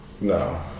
No